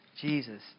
Jesus